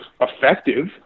effective